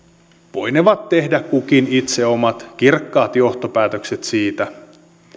voinevat tehdä kukin itse omat kirkkaat johtopäätökset siitä